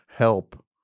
Help